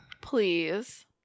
please